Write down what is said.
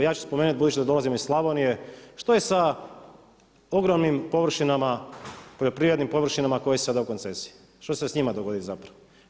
A ja ću spomenuti, budući da dolazim iz Slavonije, što je sa ogromnim površinama poljoprivrednim površinama koje su sada u koncesiji, što će se s njima dogoditi zapravo?